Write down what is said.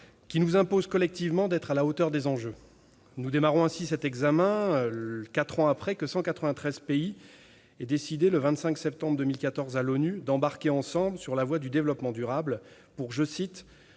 qui nous impose, collectivement, d'être à la hauteur des enjeux. Nous démarrons ainsi cet examen quatre ans après que 193 pays ont décidé, le 25 septembre 2014 à l'ONU, d'embarquer ensemble sur la voie du développement durable, pour « se